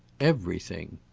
everything.